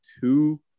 two